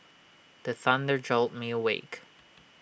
the thunder jolt me awake